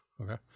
Okay